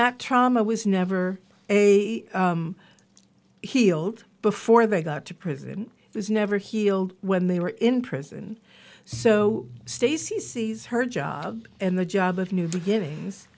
that trauma was never healed before they got to prison it was never healed when they were in prison so stacey sees her job and the job of new beginnings